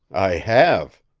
i have,